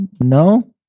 No